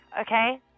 okay